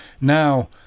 Now